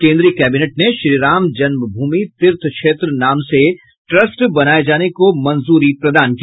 केन्द्रीय कैबिनेट ने श्रीराम जन्मभूमि तीर्थ क्षेत्र नाम से ट्रस्ट बनाये जाने को मंजूरी प्रदान की